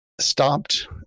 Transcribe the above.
stopped